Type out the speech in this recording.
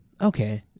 Okay